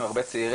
עם הרבה צעירים.